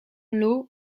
law